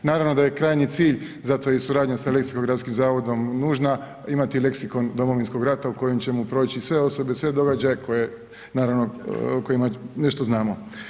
Naravno da je krajnji cilj, zato je i suradnja sa Leksikografskim zavodom nužna imati leksikon Domovinskog rata u kojem ćemo proći sve osobe, sve događaje koje naravno o kojima nešto znamo.